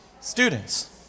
students